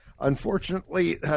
Unfortunately